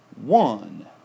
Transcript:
One